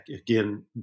Again